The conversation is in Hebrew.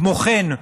כמו כן,